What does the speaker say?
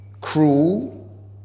cruel